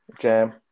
jam